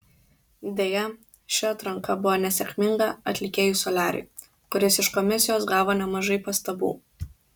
deja ši atranka buvo nesėkminga atlikėjui soliariui kuris iš komisijos gavo nemažai pastabų